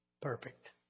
perfect